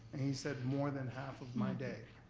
and he said, more than half of my day.